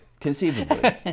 Conceivably